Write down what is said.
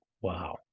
wow